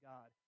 God